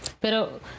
Pero